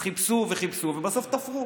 אז חיפשו וחיפשו ובסוף תפרו.